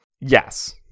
Yes